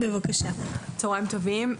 צוהריים טובים.